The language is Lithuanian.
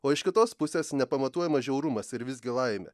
o iš kitos pusės nepamatuojamas žiaurumas ir visgi laimė